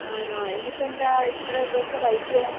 ആണോ എന്നിട്ട് എന്താണ് ഇത്ര ദിവസം വൈകിയത്